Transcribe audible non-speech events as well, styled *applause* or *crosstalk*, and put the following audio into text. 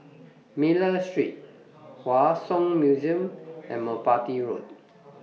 *noise* Miller Street Hua Song Museum and Merpati Road